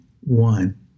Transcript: one